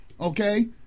Okay